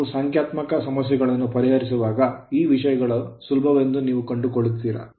ನೀವು ಸಂಖ್ಯಾತ್ಮಕ ಸಮಸ್ಯೆಗಳನ್ನು ಪರಿಹರಿಸಿದವಾಗ ಈ ವಿಷಯಗಳು ಸುಲಭವೆಂದು ನೀವು ಕಂಡುಕೊಳ್ಳುತ್ತೀರಿ